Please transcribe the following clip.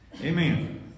Amen